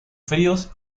fríos